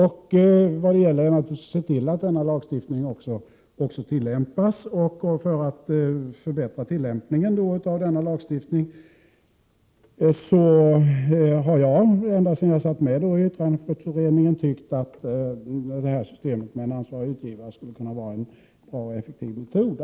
Vad det gäller är naturligtvis att se till att denna lagstiftning också tillämpas. För att förbättra tillämpningen av den har jag ända sedan jag satt med i Prot. 1987/88:122 yttrandefrihetsutredningen tyckt att systemet med en ansvarig utgivare 18 maj 1988 skulle kunna vara en bra och effektiv metod.